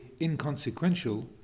inconsequential